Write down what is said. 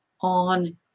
on